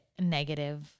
negative